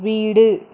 வீடு